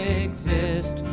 exist